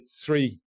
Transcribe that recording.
three